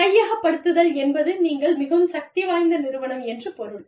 கையகப்படுத்துதல் என்பது நீங்கள் மிகவும் சக்திவாய்ந்த நிறுவனம் என்று பொருள்